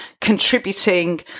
contributing